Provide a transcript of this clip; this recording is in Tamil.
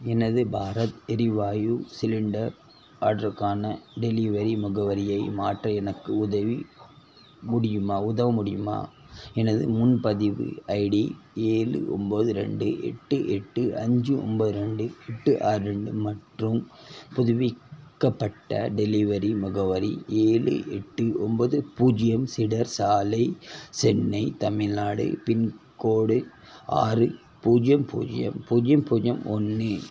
எனது பாரத் எரிவாயு சிலிண்டர் ஆட்ருக்கான டெலிவரி முகவரியை மாற்ற எனக்கு உதவி முடியுமா உதவ முடியுமா எனது முன்பதிவு ஐடி ஏழு ஒம்பது ரெண்டு எட்டு எட்டு அஞ்சு ஒம்பது ரெண்டு எட்டு ஆறு ரெண்டு மற்றும் புதுப்பிக்கப்பட்ட டெலிவரி முகவரி ஏழு எட்டு ஒம்பது பூஜ்யம் சீடர் சாலை சென்னை தமிழ்நாடு பின்கோடு ஆறு பூஜ்யம் பூஜ்யம் பூஜ்யம் பூஜ்யம் ஒன்று